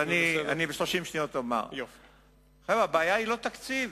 ב-30 שניות אומר: חבר'ה, הבעיה היא לא תקציב,